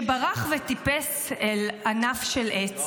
שברח וטיפס על ענף של עץ,